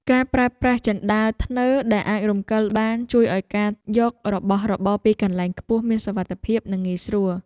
ការប្រើប្រាស់ជណ្ដើរធ្នើរដែលអាចរំកិលបានជួយឱ្យការយករបស់របរពីកន្លែងខ្ពស់មានសុវត្ថិភាពនិងងាយស្រួល។